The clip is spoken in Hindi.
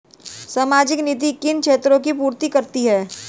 सामाजिक नीति किन क्षेत्रों की पूर्ति करती है?